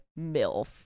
MILF